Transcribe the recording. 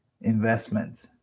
investment